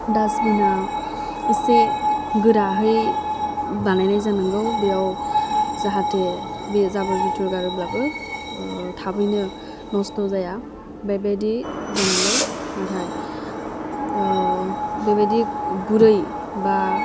डास्टबिना एसे गोराहै बानायनाय जानांगौ बेयाव जाहाथे बे जाबोर जुथुर गारोब्लाबो थाबैनो नस्ट' जाया बेबायदि जानांगौ नाथाय बेबायदि गुरै बा